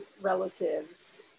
relatives